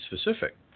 specific